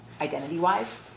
identity-wise